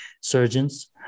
surgeons